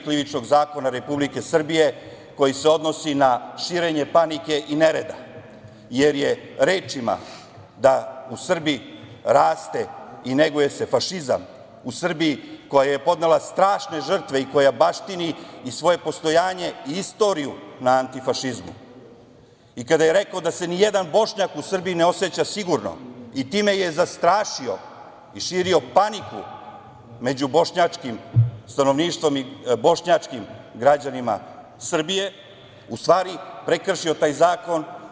Krivičnog zakona Republike Srbije koji se odnosi na širenje panike i nereda, jer je rečima da u Srbiji raste i neguje se fašizam, u Srbiji koja je podnela strašne žrtve i koja baštini i svoje postojanje i istoriju na antifašizmu, i kada je rekao da se nijedan Bošnjak u Srbiji ne oseća sigurno i time je zastrašio i širio paniku među bošnjačkim stanovništvom i bošnjačkim građanima Srbije, u stvari prekršio taj zakon.